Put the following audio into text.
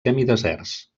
semideserts